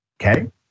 okay